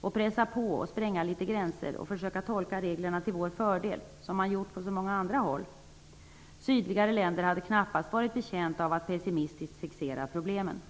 borde vi pressa på, spränga litet gränser och försöka tolka reglerna till vår fördel, som man gjort på så många andra håll. Sydligare länder hade knappast varit betjänta av att pessimistiskt fixera problemen.